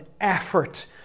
effort